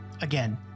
Again